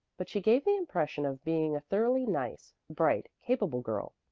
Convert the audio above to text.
but she gave the impression of being a thoroughly nice, bright, capable girl.